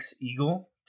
Eagle